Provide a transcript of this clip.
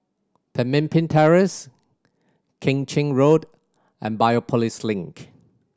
Pemimpin Terrace Keng Chin Road and Biopolis Link